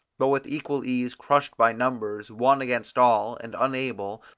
but with equal ease crushed by numbers one against all, and unable,